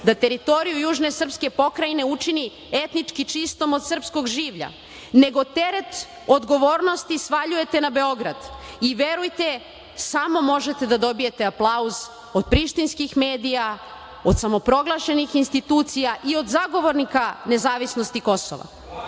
da teritoriju južne srpske pokrajine učini etnički čistom od srpskog življa, nego teret odgovornosti svaljujete na Beograd i verujte samo možete da dobijete aplauz od prištinskih medija, od samoproglašenih institucija i od zagovornika nezavisnosti Kosova,